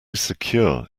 secure